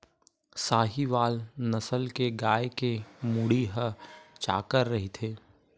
साहीवाल नसल के गाय के मुड़ी ह चाकर रहिथे